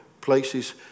places